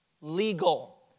legal